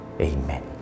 Amen